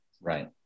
right